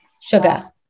sugar